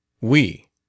We